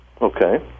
Okay